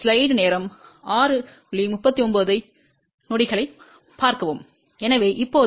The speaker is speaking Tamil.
எனவே இப்போது மின்மறுப்பு பொருத்தத்தைப் பார்ப்போம்